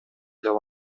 деп